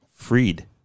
Freed